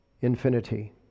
infinity